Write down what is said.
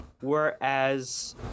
Whereas